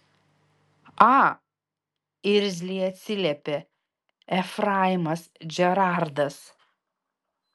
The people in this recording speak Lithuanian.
a irzliai atsiliepė efraimas džerardas